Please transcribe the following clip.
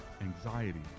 anxiety